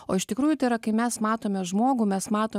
o iš tikrųjų tai yra kai mes matome žmogų mes matom